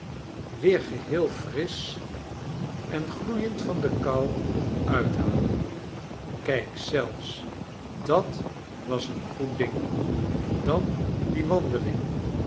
weer geheel frisch en gloeiend van de kou uithalen kijk zelfs dat was een goed ding dan die wandeling